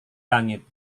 langit